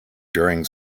during